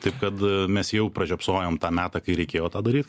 taip kad mes jau pražiopsojom tą metą kai reikėjo tą daryt